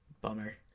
Bummer